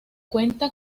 cuenta